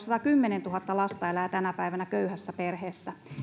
satakymmentätuhatta lasta elää tänä päivänä köyhässä perheessä